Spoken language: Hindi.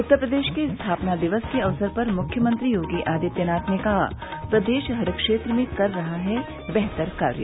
उत्तर प्रदेश के स्थापना दिवस के अवसर पर मुख्यमंत्री योगी आदित्यनाथ ने कहा प्रदेश हर क्षेत्र में कर रहा है बेहतर कार्य